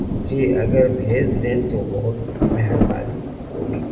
جی اگر بھیج دیں تو بہت مہربانی ہوگی